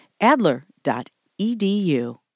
Adler.edu